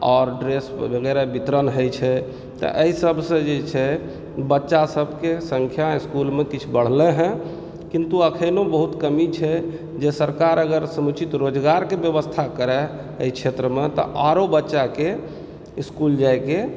आओर ड्रेस वगैरह वितरण होइत छै तऽ एहिसभसँ जे छै बच्चासभके संख्या इस्कुलमे किछु बढ़लै हेँ किन्तु एखनिओ बहुत कमी छै जे सरकार अगर समुचित रोजगारके व्यवस्था करय एहि क्षेत्रमे तऽ आरो बच्चाकेँ इस्कुल जायके